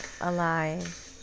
alive